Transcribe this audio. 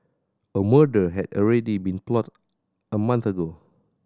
a murder had already been plotted a month ago